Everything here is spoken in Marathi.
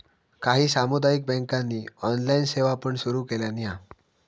काही सामुदायिक बँकांनी ऑनलाइन सेवा पण सुरू केलानी हा